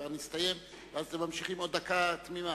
כבר נסיים?" ואז אתם ממשיכים עוד דקה תמימה.